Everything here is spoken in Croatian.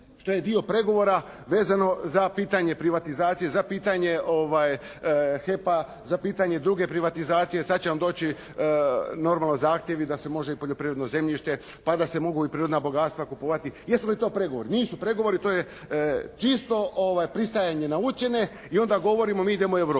što je dio pregovora vezano za pitanje privatizacije, za pitanje HEP-a, za pitanje druge privatizacije. Sad će vam doći normalno zahtjevi da se može i poljoprivredno zemljište pa da se mogu i prirodna bogatstva kupovati. Jesu li to pregovori? N isu pregovori. To je čisto pristajanje na ucjene i onda govorimo mi idemo u Europu.